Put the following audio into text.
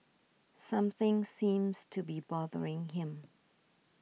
something seems to be bothering him